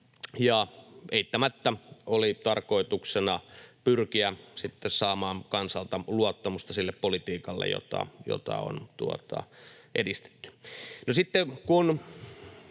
eittämättä oli tarkoituksena pyrkiä sitten saamaan kansalta luottamusta sille politiikalle, jota on edistetty.